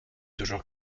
toujours